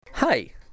Hi